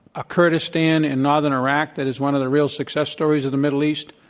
a kurdistan in northern iraq that is one of the real success stories of the middle east,